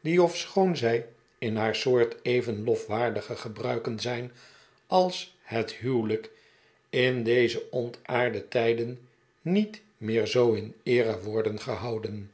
die ofschoon zij in haar soort even lofwaardige gebruiken zijn als het huwelijk in deze ontaarde tijden niet meer zoo in eere worden gehouden